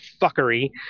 fuckery